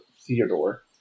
Theodore